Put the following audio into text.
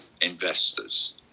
investors